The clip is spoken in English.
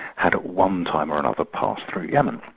had at one time or another passed through yemen.